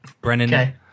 Brennan